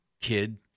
kid